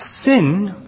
sin